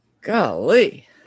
golly